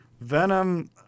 Venom